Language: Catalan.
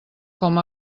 com